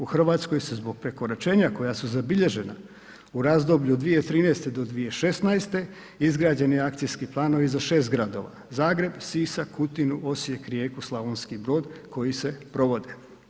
U RH se zbog prekoračenja koja su zabilježena u razdoblju od 2013. do 2016. izgrađeni akcijski planovi za 6 gradova, Zagreb, Sisak, Kutinu, Osijek, Rijeku, Slavonski Brod koji se provode.